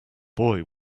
boy